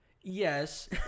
Yes